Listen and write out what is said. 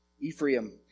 Ephraim